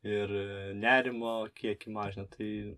ir nerimo kiekį mažina tai